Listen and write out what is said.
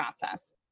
process